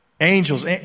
Angels